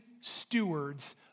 stewards